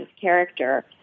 character